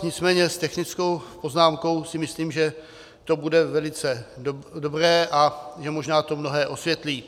Nicméně s technickou poznámkou si myslím, že to bude velice dobré a možná to mnohé osvětlí.